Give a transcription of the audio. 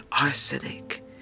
arsenic